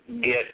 get